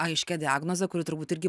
aiškia diagnoze kuri turbūt irgi